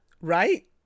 right